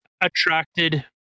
Attracted